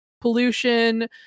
pollution